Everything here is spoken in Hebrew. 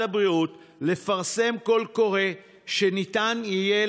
הבריאות לפרסם קול קורא כדי שניתן יהיה